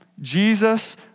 Jesus